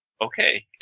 Okay